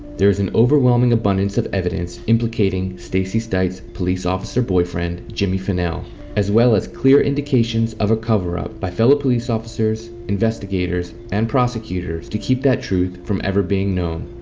there is an overwhelming abundance of evidence implicating stacey stites' police officer boyfriend jimmy finnell as well as clear indications of a coverup by fellow police officers, investigators and prosecutors to keep that truth from ever being known.